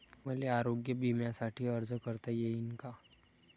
मले आरोग्य बिम्यासाठी अर्ज करता येईन का?